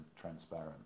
transparent